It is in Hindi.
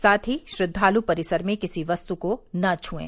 साथ ही श्रद्वालु परिसर में किसी वस्तु को न छुएं